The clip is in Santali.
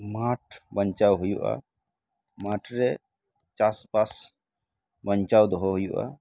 ᱢᱟᱴᱷ ᱵᱟᱧᱪᱟᱣ ᱦᱩᱭᱩᱜᱼᱟ ᱢᱟᱴᱷ ᱨᱮ ᱪᱟᱥᱵᱟᱥ ᱵᱟᱧᱪᱟᱣ ᱫᱚᱦᱚ ᱦᱩᱭᱩᱜᱼᱟ